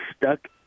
stuck